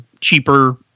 cheaper